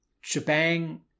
Shebang